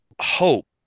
hope